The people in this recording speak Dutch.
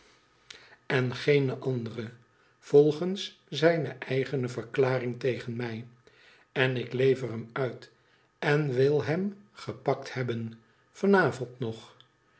en geene andere volgens zijne eigene verklaring tegen mij en ik lever hem uit en wil hem gepakt hebben van avond nog